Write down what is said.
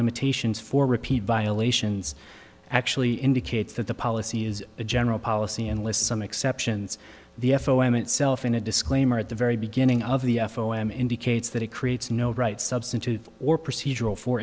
limitations for repeated violations actually indicates that the policy is a general policy and list some exceptions the f o m itself in a disclaimer at the very beginning of the f o m indicates that it creates no right substitute or procedural for